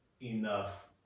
enough